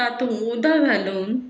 तातूंत उदक घालून